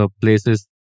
places